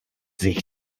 sich